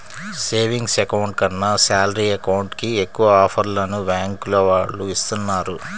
savings account కన్నా salary account కి ఎక్కువ ఆఫర్లను బ్యాంకుల వాళ్ళు ఇస్తున్నారు